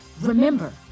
Remember